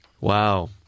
Wow